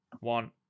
one